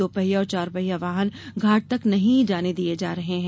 दो पहिया और चार पहिया वाहन घाट तक नहीं जाने दिए जा रहे हैं